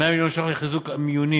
100 מיליון ש"ח לחיזוק המיונים,